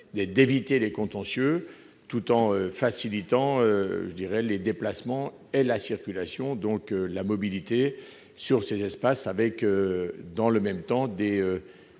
d'éviter les contentieux, tout en facilitant les déplacements et la circulation, donc la mobilité, sur ces espaces, avec les techniques les